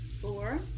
Four